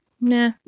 nah